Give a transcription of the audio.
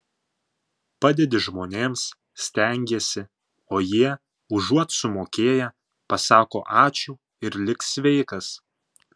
padedi žmonėms stengiesi o jie užuot sumokėję pasako ačiū ir lik sveikas